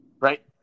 Right